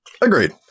agreed